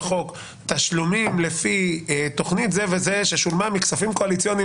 "תשלומים לפי תכנית זאת וזאת ששולמה מכספים קואליציוניים